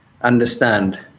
understand